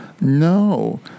No